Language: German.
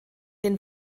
den